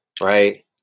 right